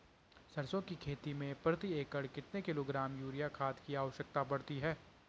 सरसों की खेती में प्रति एकड़ कितने किलोग्राम यूरिया खाद की आवश्यकता पड़ती है?